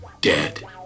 dead